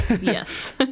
Yes